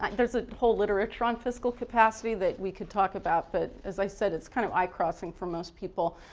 um there's a whole literature on fiscal capacity that we could talk about but as i said it's kind of eye-crossing for most people.